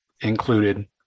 included